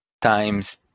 times